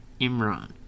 Imran